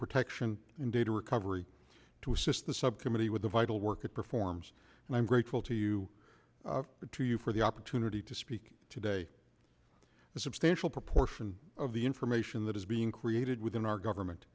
protection and data recovery to assist the subcommittee with the vital work it performs and i'm grateful to you to you for the opportunity to speak today a substantial proportion of the information that is being created within our government